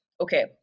okay